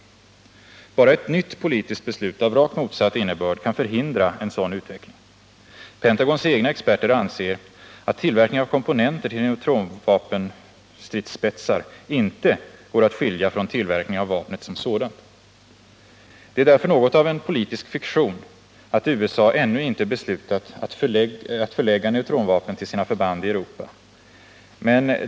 Bara ett nytt politiskt beslut av rakt motsatt innebörd kan förhindra en sådan utveckling. Pentagons egna experter anser att tillverkning av komponenter till neutronvapenstridsspetsar inte går att skilja från tillverkning av neutronvapnet som sådant. Det är därför något av en politisk fiktion att USA ännu inte beslutat att förlägga neutronvapen till sina förband i Europa.